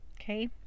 Okay